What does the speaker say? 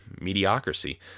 mediocrity